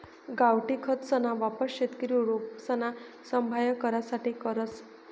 गावठी खतसना वापर शेतकरी रोपसना सांभाय करासाठे करस